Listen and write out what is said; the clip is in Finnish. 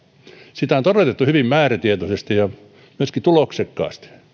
sitä on on toteutettu hyvin määrätietoisesti ja myöskin tuloksekkaasti